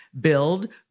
Build